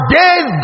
days